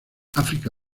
áfrica